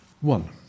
One